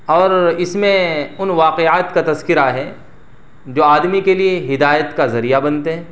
اور اس میں ان واقعات کا تذکرہ ہے جو آدمی کے لیے ہدایت کا ذریعہ بنتے ہیں